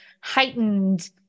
heightened